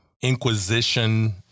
inquisition